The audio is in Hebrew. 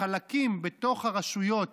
חלקים בתוך הרשויות